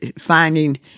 finding